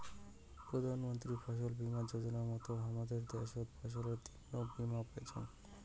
প্রধান মন্ত্রী ফছল বীমা যোজনার মত হামাদের দ্যাশোত ফসলের তন্ন বীমা পাইচুঙ